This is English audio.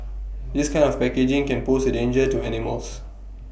this kind of packaging can pose A danger to animals